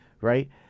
right